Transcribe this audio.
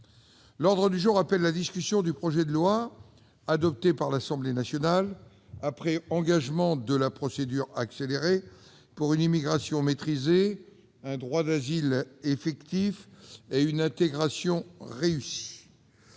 L'ordre du jour appelle la discussion du projet de loi, adopté par l'Assemblée nationale après engagement de la procédure accélérée, pour une immigration maîtrisée, un droit d'asile effectif et une intégration réussie